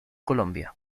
colombia